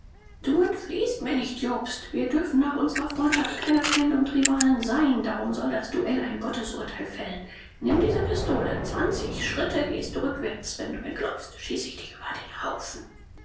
du entfliehst mir nicht jobst wir dürfen nach unsrer freundschaft keine feinde und rivalen sein darum soll das duell ein gottesurteil fällen nimm diese pistole zwanzig schritte gehst du rückwärts wenn du wegläufst schieße ich dich über den haufen